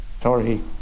Sorry